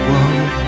one